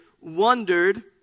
wondered